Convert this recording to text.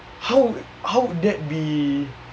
how how would that be